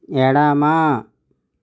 ఎడమ